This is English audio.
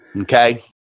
okay